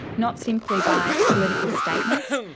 not simply by political statements,